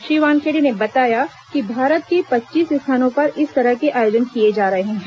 श्री वानखेड़े ने बताया कि भारत के पच्चीस स्थानों पर इस तरह के आयोजन किए जा रहे हैं